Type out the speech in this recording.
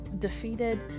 defeated